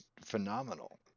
phenomenal